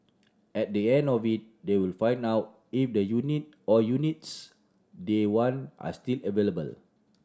at the end of it they will find out if the unit or units they want are still available